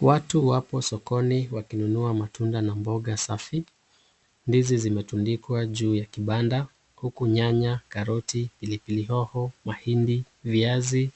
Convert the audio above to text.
Watu wapo sokoni wakinunua matunda na mboga safi. Ndizi zimetundikwa juu ya kibanda huku nyanya, karoti, pilipili hoho, mahindi, viazi